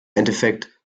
endeffekt